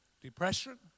depression